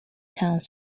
towns